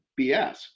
BS